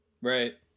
Right